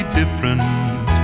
different